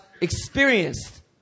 experienced